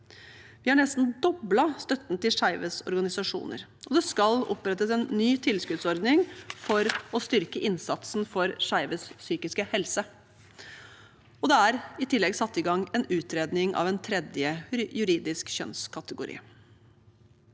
Vi har nesten doblet støtten til skeives organisasjoner. Det skal også opprettes en ny tilskuddsordning for å styrke innsatsen for skeives psykiske helse. Det er i tillegg satt i gang en utredning av en tredje juridisk kjønnskategori.